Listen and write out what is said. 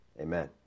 Amen